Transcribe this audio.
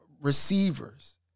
receivers